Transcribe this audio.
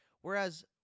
Whereas